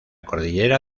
cordillera